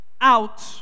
out